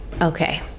okay